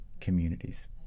communities